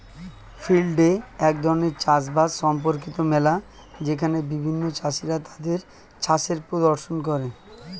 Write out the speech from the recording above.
field day এক ধরণের চাষ বাস সম্পর্কিত মেলা যেখানে বিভিন্ন চাষীরা তাদের চাষের প্রদর্শন করে